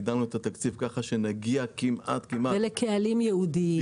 הגדלנו את התקציב כך שנגיע לקהלים ייעודיים,